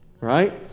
Right